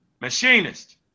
machinist